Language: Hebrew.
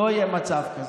לא יהיה מצב כזה.